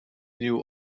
knew